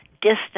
distance